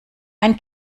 ein